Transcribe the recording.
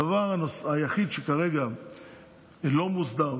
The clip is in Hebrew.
הדבר היחיד שכרגע לא מוסדר,